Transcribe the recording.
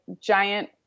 giant